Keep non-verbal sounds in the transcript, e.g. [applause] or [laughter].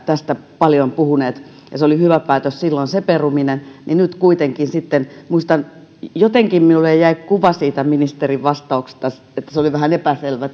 tästä paljon puhuneet ja se peruminen oli hyvä päätös silloin nyt kuitenkin muistan että jotenkin minulle jäi kuva siitä ministerin vastauksesta että se oli vähän epäselvä [unintelligible]